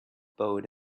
boat